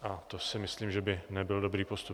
A to si myslím, že by nebyl dobrý postup.